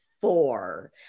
four